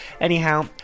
Anyhow